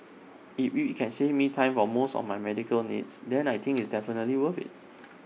if we we can save me time for most of my medical needs then I think IT is definitely worth IT